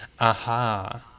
Aha